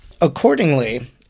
Accordingly